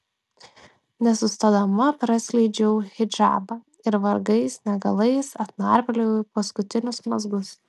nesustodama praskleidžiau hidžabą ir vargais negalais atnarpliojau paskutinius mazgus